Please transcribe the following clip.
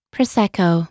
Prosecco